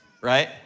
Right